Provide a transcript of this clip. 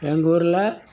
எங்கள் ஊரில்